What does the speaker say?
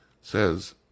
Says